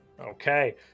Okay